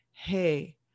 Hey